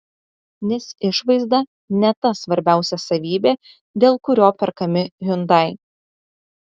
nes išvaizda ne ta svarbiausia savybė dėl kurio perkami hyundai